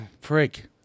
Freak